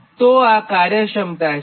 તો આ કાર્યક્ષમતા છે